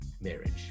marriage